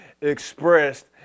expressed